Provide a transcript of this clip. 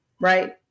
right